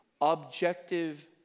Objective